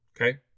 Okay